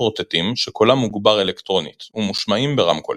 רוטטים שקולם מוגבר אלקטרונית ומושמעים ברמקולים.